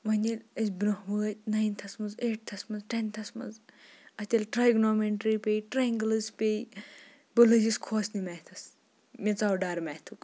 وۄنۍ ییٚلہِ أسۍ برونٛہہ وٲتۍ نایِنتھَس منٛز ایٹتھَس منٛز ٹٮ۪نتھَس منٛز اَتہِ ییٚلہِ ٹرٛایگنومٮ۪نٹِرٛی پے ٹرٛینٛگلٕز پے بہٕ لٔجِس کھوژنہِ میتھَس مےٚ ژاو ڈَر میتھُک